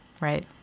right